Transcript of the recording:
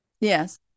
Yes